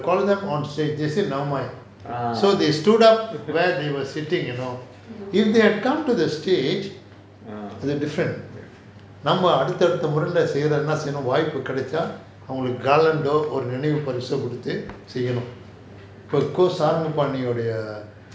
called them on stage they said never mind so they stood up where they were sitting you know if they had come to the stage it will be different நம்ம அடுத்த ஆடுது முறைல செய்றத என்ன செய்யனும் வாய்ப்பு கிடைச்ச அவங்களுக்கு:namma adutha aaduthu muraila seiratha enna seiyanum vaaipu kidaicha avangaluku garland oh ஒரு நினைவு பரிசோ குடுத்து செய்யனும் இப்போ கோ:oru ninaivu pariso kuduthu seiyanum ippo ko saranga pandiyan ஓடிய:odiya